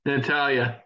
Natalia